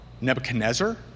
Nebuchadnezzar